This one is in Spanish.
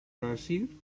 brasil